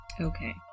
okay